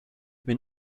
been